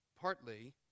partly